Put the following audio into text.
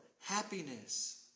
happiness